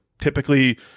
Typically